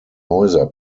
häuser